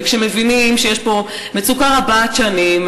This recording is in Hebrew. וכשמבינים שיש פה מצוקה רבת-שנים,